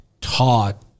taught